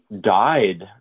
died